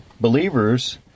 believers